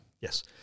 Yes